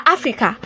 Africa